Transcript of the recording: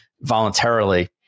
voluntarily